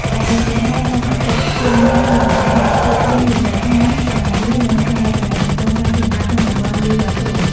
ដែលជាហេតុនាំឱ្យទឹកជន់ឡើងយ៉ាងគំហុក លិចលង់លំនៅដ្ឋាន សាលារៀន និងហេដ្ឋារចនាសម្ព័ន្ធសាធារណៈក្នុងតំបន់ងាយរងគ្រោះ។